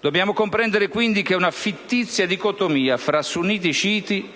Dobbiamo comprendere, quindi, che una fittizia dicotomia tra sunniti e sciiti